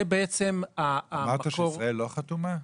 זה בעצם המקור --- אמרת שישראל לא חתומה?